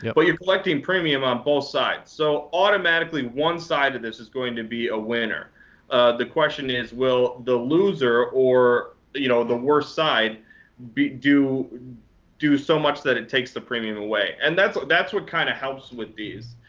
yeah but you're collecting premium on both sides. so automatically, one side of this is going to be a winner the question is, will the loser or you know the worse side do do so much that it takes the premium away? and that's that's what kind of helps with these.